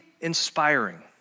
inspiring